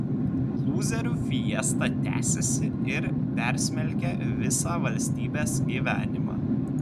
lūzerių fiesta tęsiasi ir persmelkia visą valstybės gyvenimą